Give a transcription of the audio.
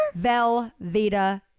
Velveeta